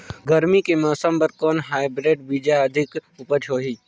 गरमी के मौसम बर कौन हाईब्रिड बीजा अधिक उपज होही?